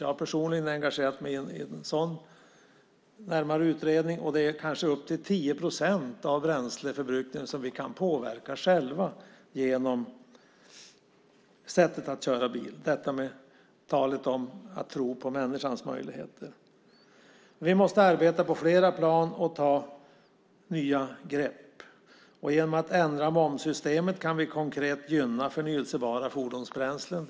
Jag har personligen engagerat mig i en sådan utredning, och det är kanske upp till 10 procent av bränsleförbrukningen som vi kan påverka själva genom sättet att köra bil - detta apropå talet om att tro på människans möjligheter. Vi måste arbeta på flera plan och ta nya grepp. Genom att ändra momssystemet kan vi konkret gynna förnybara fordonsbränslen.